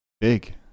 Big